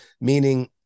Meaning